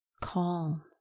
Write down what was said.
calm